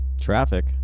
Traffic